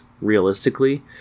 realistically